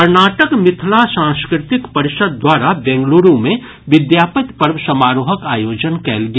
कर्नाटक मिथिला सांस्कृतिक परिषद द्वारा बेंगलुरू मे विद्यापति पर्व समारोहक आयोजन कयल गेल